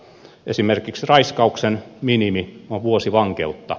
esimerkiksi raiskauksen minimi on vuosi vankeutta